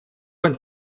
und